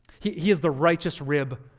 he he is the righteous rib.